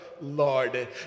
Lord